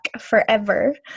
forever